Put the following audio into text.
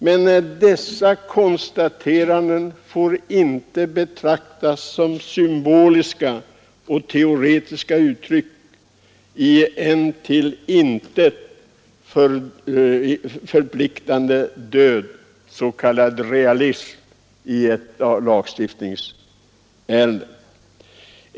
Men dessa konstateran den får inte betraktas som symboliska och teoretiska uttryck i en till intet förpliktande död realism.